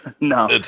No